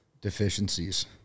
Deficiencies